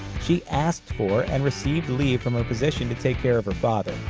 she asked for and received leave from her position to take care of her father,